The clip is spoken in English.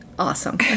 Awesome